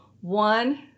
one